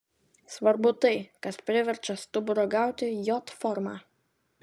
svarbu tai kas priverčia stuburą gauti j formą